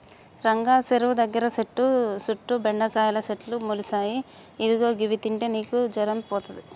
రంగా సెరువు దగ్గర సెట్టు సుట్టు బెండకాయల సెట్లు మొలిసాయి ఇదిగో గివి తింటే నీకు జరం పోతది